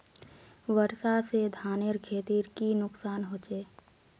वर्षा से धानेर खेतीर की नुकसान होचे?